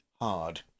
hard